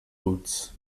boots